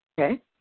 Okay